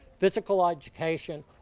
physical education,